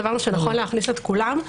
סברנו שנכון להכניס את כולן.